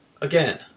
Again